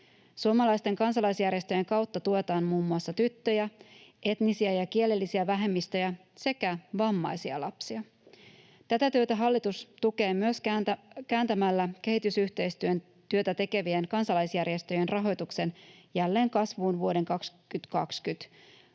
Suomalaisten kansalaisjärjestöjen kautta tuetaan muun muassa tyttöjä, etnisiä ja kielellisiä vähemmistöjä sekä vammaisia lapsia. Tätä työtä hallitus tukee myös kääntämällä kehitysyhteistyötä tekevien kansalaisjärjestöjen rahoituksen jälleen kasvuun vuoden 2022